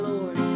Lord